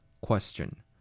Question